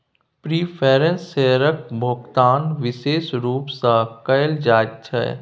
preference शेयरक भोकतान बिशेष रुप सँ कयल जाइत छै